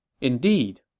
Indeed